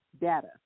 data